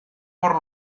por